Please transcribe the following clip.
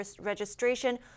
registration